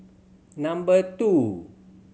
number two